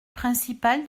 principal